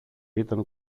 ήταν